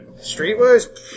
Streetwise